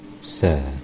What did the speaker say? sir